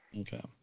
okay